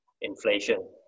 inflation